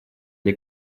для